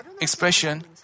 expression